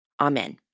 Amen